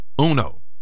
uno